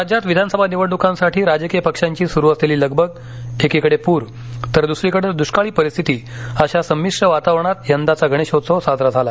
राज्यात विधानसभा निवडणुकांसाठी राजकीय पक्षांची सुरु असलेली लगबग एकीकडे पूर तर दुसरीकडे दृष्काळी परिस्थिती अशा संमिश्र वातावरणात यंदाचा गणेशोत्सव साजरा झाला